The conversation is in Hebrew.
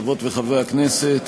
חברות וחברי הכנסת,